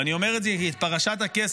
ואני אומר את זה, ואת פרשת הכסף,